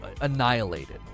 annihilated